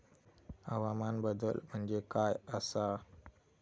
हवामान बदल म्हणजे काय आसा?